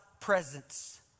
presence